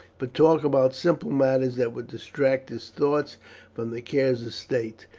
but talk about simple matters that would distract his thoughts from the cares of state.